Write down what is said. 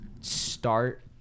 start